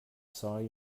saw